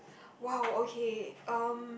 !wow! okay um